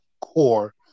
core